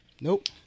Nope